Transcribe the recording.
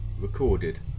recorded